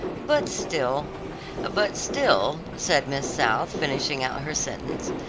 but still but still, said miss south, finishing out her sentence,